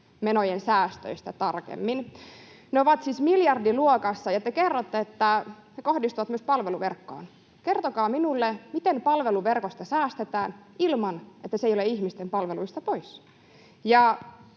terveysmenojen säästöistä tarkemmin. Ne ovat siis miljardiluokassa, ja te kerrotte, että ne kohdistuvat myös palveluverkkoon. Kertokaa minulle, miten palveluverkosta säästetään ilman että se ei ole ihmisten palveluista pois.